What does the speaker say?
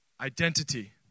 Identity